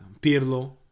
Pirlo